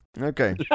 Okay